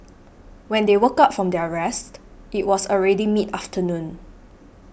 when they woke up from their rest it was already mid afternoon